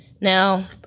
Now